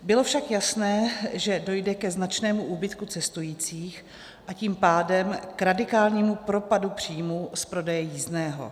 Bylo však jasné, že dojde ke značnému úbytku cestujících, a tím pádem k radikálnímu propadu příjmů z prodeje jízdného.